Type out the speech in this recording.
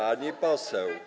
Pani poseł.